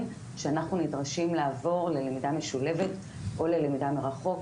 שאנחנו נדרשים לעבור ללמידה משולבת או ללמידה מרחוק.